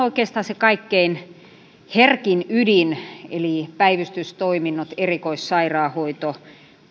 oikeastaan se kaikkein herkin ydin eli päivystystoiminnot erikoissairaanhoito